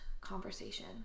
conversation